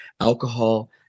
Alcohol